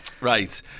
Right